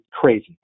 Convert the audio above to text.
crazy